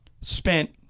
spent